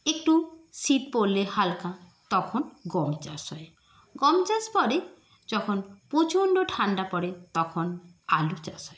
একটু শীত পড়লে হালকা তখন গম চাষ হয় গম চাষ পরে যখন প্রচণ্ড ঠাণ্ডা পড়ে তখন আলু চাষ হয়